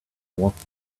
walked